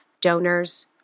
donors